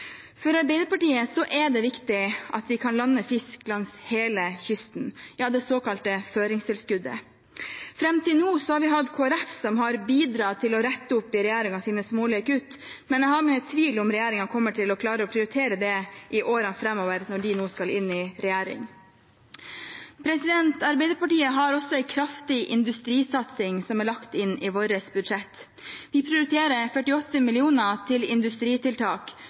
For Arbeiderpartiet er det viktig at vi kan lande fisk langs hele kysten, via det såkalte føringstilskuddet. Fram til nå har Kristelig Folkeparti bidratt til å rette opp i regjeringens smålige kutt, men jeg har mine tvil om regjeringen kommer til å klare å prioritere det i årene framover, når de nå skal inn i regjering. Arbeiderpartiet har også en kraftig industrisatsing, som er lagt inn i budsjettet vårt. Vi prioriterer 48 mill. kr til industritiltak,